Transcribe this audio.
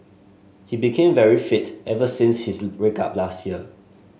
he became very fit ever since his break up last year